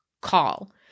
call